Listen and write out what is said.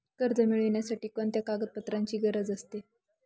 कर्ज मिळविण्यासाठी कोणत्या कागदपत्रांची गरज असते?